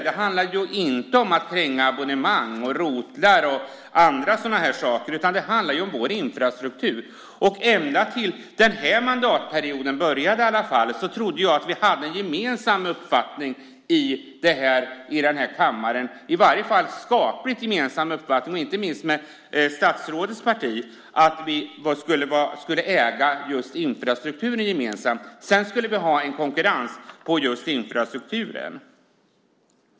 Det handlar inte om att kränga abonnemang eller om routrar och andra sådana saker, utan det handlar om vår infrastruktur. I alla fall ända tills den här mandatperioden började trodde jag att vi i denna kammare hade en gemensam uppfattning - åtminstone en skapligt gemensam uppfattning, inte minst ihop med statsrådets parti - om att just infrastrukturen skulle ägas gemensamt. Sedan skulle vi ha konkurrens när det gäller infrastrukturen.